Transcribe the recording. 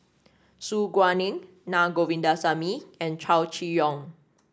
Su Guaning Na Govindasamy and Chow Chee Yong